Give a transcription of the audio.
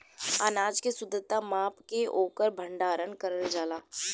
अनाज के शुद्धता माप के ओकर भण्डारन करल जाला